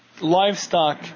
livestock